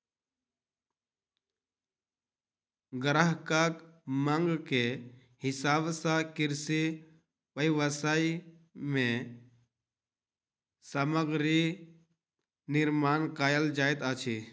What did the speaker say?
ग्राहकक मांग के हिसाब सॅ कृषि व्यवसाय मे सामग्री निर्माण कयल जाइत अछि